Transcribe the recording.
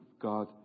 God